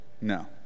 No